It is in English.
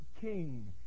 king